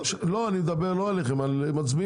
תיכף נשמע